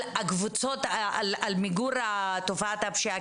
מיגור תופעת הפשיעה?